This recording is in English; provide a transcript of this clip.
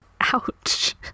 Ouch